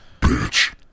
bitch